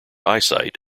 eyesight